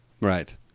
Right